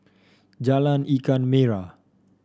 Jalan Ikan Merah